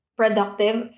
productive